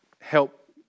help